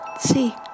see